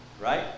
right